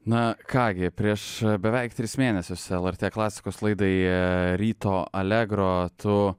na ką gi prieš beveik tris mėnesius lrt klasikos laidai ryto alegro tu